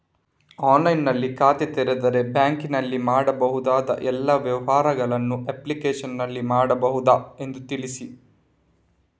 ಆನ್ಲೈನ್ನಲ್ಲಿ ಖಾತೆ ತೆರೆದರೆ ಬ್ಯಾಂಕಿನಲ್ಲಿ ಮಾಡಬಹುದಾ ಎಲ್ಲ ವ್ಯವಹಾರಗಳನ್ನು ಅಪ್ಲಿಕೇಶನ್ನಲ್ಲಿ ಮಾಡಬಹುದಾ ಎಂದು ತಿಳಿಸಿ?